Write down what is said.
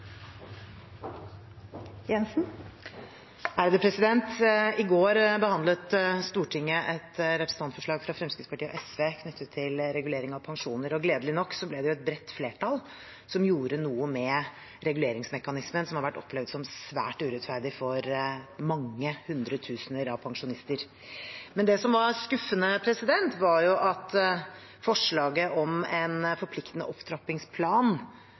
pensjoner. Gledelig nok ble det et bredt flertall som gjorde noe med reguleringsmekanismen, som har vært opplevd som svært urettferdig for hundretusener av pensjonister. Men det som var skuffende, var at forslaget om en forpliktende opptrappingsplan